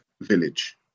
village